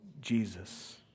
Jesus